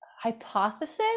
hypothesis